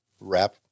wrap